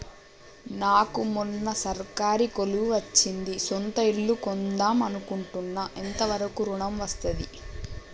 నాకు మొన్న సర్కారీ కొలువు వచ్చింది సొంత ఇల్లు కొన్దాం అనుకుంటున్నా ఎంత వరకు ఋణం వస్తది?